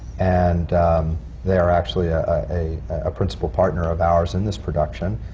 and they are actually ah a ah principal partner of ours in this production,